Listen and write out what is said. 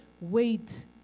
Wait